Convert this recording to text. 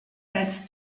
als